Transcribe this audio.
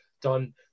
done